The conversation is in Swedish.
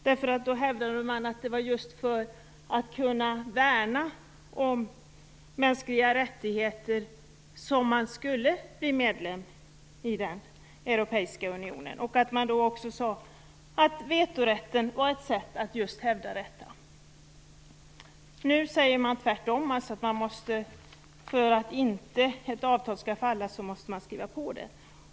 Då hävdade man att man skulle bli medlem i EU just för att kunna värna om mänskliga rättigheter. Man sade också att vetorätten var ett sätt att just hävda de mänskliga rättigheterna. Nu säger man tvärtom, nämligen att för att ett avtal inte skall falla så måste man skriva på det.